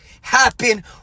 Happen